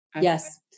yes